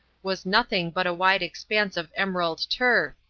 was nothing but a wide expanse of emerald turf,